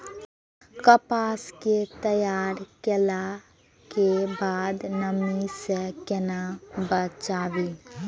कपास के तैयार कैला कै बाद नमी से केना बचाबी?